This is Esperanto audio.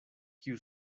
kiu